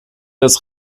das